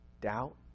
doubt